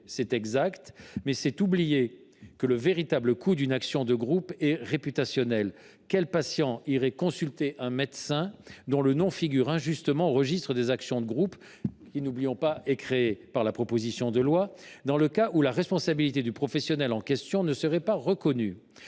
C’est exact, mais c’est oublier que le véritable coût d’une action de groupe est réputationnel : quel patient irait consulter un médecin dont le nom figure injustement au registre des actions de groupe, dont je rappelle qu’il est créé par la présente proposition de loi ? Dans le cas où la responsabilité du professionnel en question ne serait pas reconnue,